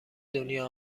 دنیا